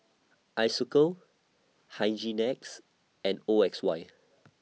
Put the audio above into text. Isocal Hygin X and O X Y